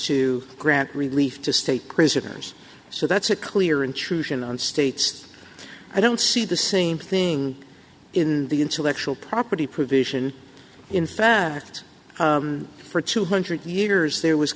to grant relief to state prisoners so that's a clear intrusion on state's i don't see the same thing in the intellectual property provision in fact for two hundred years there was